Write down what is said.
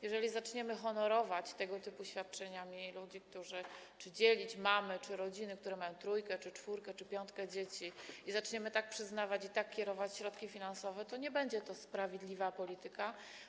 Jeżeli zaczniemy honorować tego typu świadczeniami czy dzielić mamy czy rodziny, które mają trójkę czy czwórkę, czy piątkę dzieci, i zaczniemy tak przyznawać i tak kierować środki finansowe, to nie będzie to sprawiedliwa polityka.